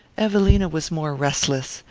evelina was more restless.